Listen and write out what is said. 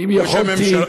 ראש הממשלה,